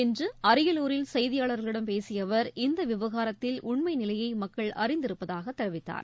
இன்று அரியலூரில் செய்தியாளர்களிடம் பேசிய அவர் இந்த விவகாரத்தில் உண்மை நிலையை மக்கள் அறிந்து இருப்பதாக தெரிவித்தார்